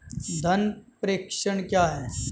धन का प्रेषण क्या है?